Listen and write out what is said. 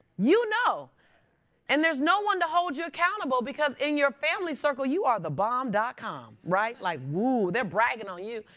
you know and there's no one to hold you accountable because in your family circle, you are the bomb dot com. like, woo. they're bragging on you.